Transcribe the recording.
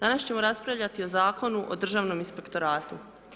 Danas ćemo raspravljati o Zakonu o državnom inspektoratu.